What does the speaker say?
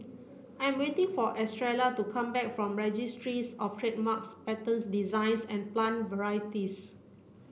I am waiting for Estrella to come back from Registries Of Trademarks Patents Designs and Plant Varieties